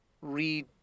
read